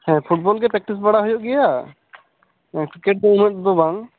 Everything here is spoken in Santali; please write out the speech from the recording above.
ᱦᱮᱸ ᱯᱷᱩᱴᱵᱚᱞ ᱜᱮ ᱯᱨᱮᱠᱴᱤᱥ ᱵᱟᱲᱟ ᱦᱩᱭᱩ ᱜᱮᱭᱟ ᱠᱨᱤᱠᱮᱴ ᱫᱚ ᱩᱱᱟᱹᱜ ᱫᱚ ᱵᱟᱝ